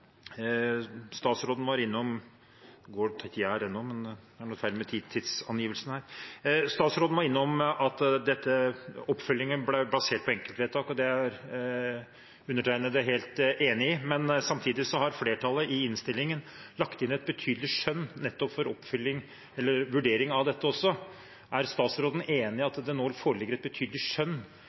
Statsråden var innom at oppfyllingen av vilkårene ble basert på enkeltvedtak, og det er undertegnede helt enig i. Men samtidig har flertallet i innstillingen lagt inn et betydelig skjønn nettopp for oppfylling eller vurdering av dette også. Er statsråden enig i at det nå foreligger et betydelig skjønn